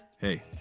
Hey